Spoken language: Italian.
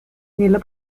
nella